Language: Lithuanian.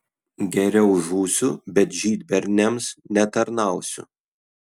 geriau žūsiu bet žydberniams netarnausiu